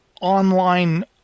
online